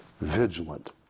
vigilant